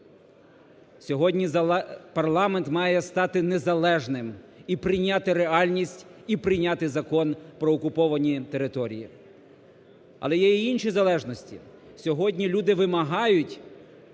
Сьогодні парламент має стати незалежним і прийняти реальність, і прийняти Закон про окуповані території. Але є і інші залежності. Сьогодні люди вимагають